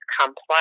complex